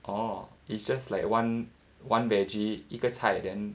orh it's just like one one vege 一个菜 then